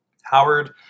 Howard